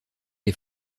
les